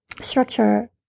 structure